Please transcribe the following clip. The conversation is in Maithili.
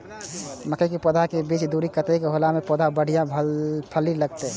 मके के पौधा के बीच के दूरी कतेक होला से पौधा में बढ़िया फली लगते?